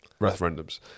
referendums